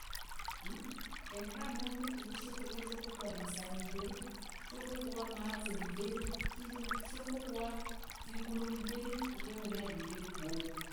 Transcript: Aenyekana mundu uni shukhunia shukhukaa masaai mumbiri shukhukwaa mazi shikhukhwa zingulu mumbiri mumbiri uvee vulai mumbiri vulai mumbiri gwogwo.